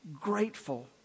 grateful